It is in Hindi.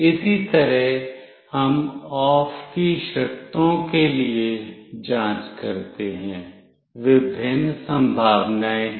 इसी तरह हम OFF की शर्तों के लिए जांच करते हैं विभिन्न संभावनाएं हैं